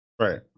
right